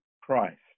Christ